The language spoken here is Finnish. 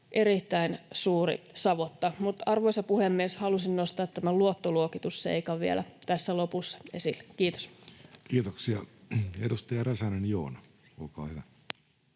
erittäin suuri savotta. Arvoisa puhemies! Halusin nostaa tämän luottoluokitusseikan vielä tässä lopussa esille. — Kiitos. Kiitoksia. — Edustaja Räsänen, Joona, olkaa hyvä.